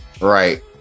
right